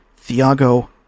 Thiago